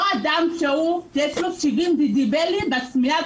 לא מקרה שאדם שיש לו 70 דציבלים בשמיעה